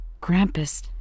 Grampus